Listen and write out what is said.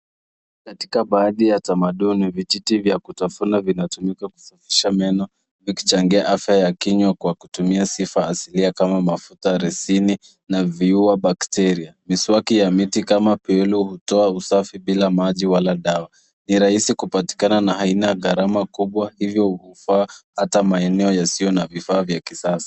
Katika baadhi ya tamaduni, vijiti vya kutafuna vinatumika kusafisha meno, vikichangia afya ya kinywa kwa kutumia sifa asilia kama mafuta, resini na viua bacteria . Miswaki ya miti kama Piolo hutoa usafi bila maji wala dawa. Ni rahisi kupatikana na haina gharama kubwa, hivyo hufaa hata maeneo yasio na vifaa vya kisasa.